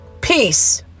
Peace